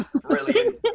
brilliant